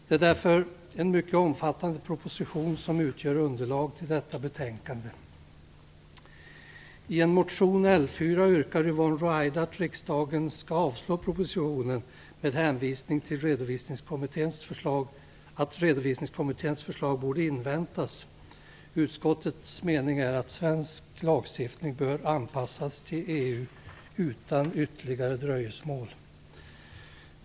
Det är därför en mycket omfattande proposition som utgör underlag till detta betänkande. I motion L4 yrkar Yvonne Ruwaida att riksdagen skall avslå propositionen med hänvisning till att Redovisningskommitténs förslag borde inväntas. Utskottets mening är att svensk lagstiftning bör anpassas till EU:s utan ytterligare dröjsmål.